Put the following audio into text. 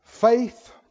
Faith